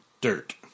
dirt